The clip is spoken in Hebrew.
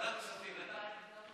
ועדת כספים, לדעתי.